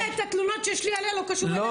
התלונות שיש לי עליה, זה לא קשור אליך.